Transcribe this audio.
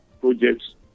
projects